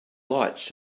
lights